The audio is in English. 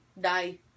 die